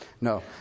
no